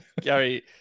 Gary